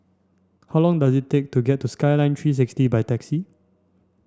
how long does it take to get to Skyline three sixty by taxi